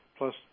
Plus